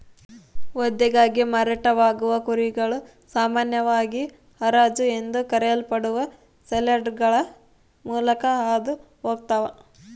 ವಧೆಗಾಗಿ ಮಾರಾಟವಾಗುವ ಕುರಿಗಳು ಸಾಮಾನ್ಯವಾಗಿ ಹರಾಜು ಎಂದು ಕರೆಯಲ್ಪಡುವ ಸೇಲ್ಯಾರ್ಡ್ಗಳ ಮೂಲಕ ಹಾದು ಹೋಗ್ತವ